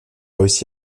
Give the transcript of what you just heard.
aussi